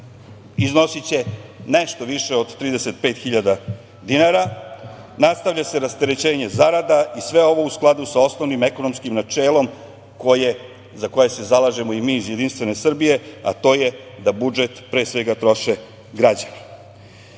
iznosiće nešto više od 35.000 dinara. Nastavlja se rasterećenje zarada i sve ovo u skladu sa osnovnim ekonomskim načelom za koje se zalažemo i mi iz JS, a to je da budžet pre svega troše građani. Porezom